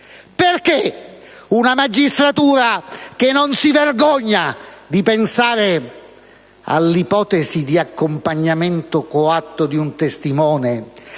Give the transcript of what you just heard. Perché una magistratura, che non si vergogna di pensare all'ipotesi di accompagnamento coatto di un testimone,